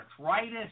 arthritis